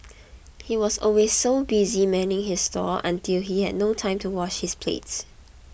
he was always so busy manning his stall until he had no time to wash his plates